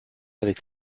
avec